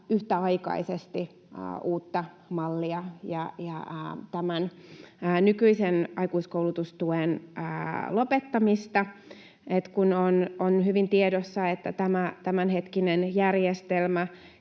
yhtäaikaisesti uutta mallia ja tämän nykyisen aikuiskoulutustuen lopettamista. On hyvin tiedossa, että tämänhetkinen järjestelmä